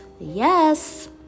Yes